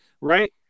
right